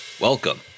Welcome